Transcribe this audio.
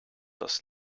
das